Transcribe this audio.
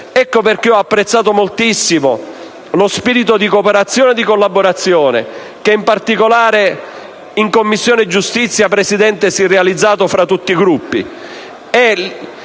ecco perché ho apprezzato moltissimo lo spirito di cooperazione e di collaborazione che, in particolare in Commissione giustizia, si è realizzato tra tutti i Gruppi.